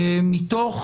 מתוך